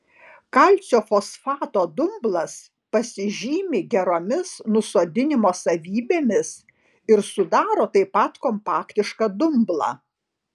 kalcio fosfato dumblas pasižymi geromis nusodinimo savybėmis ir sudaro taip pat kompaktišką dumblą